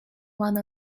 one